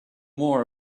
more